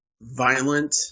violent